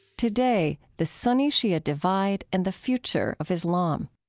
today, the sunni-shia divide and the future of islam.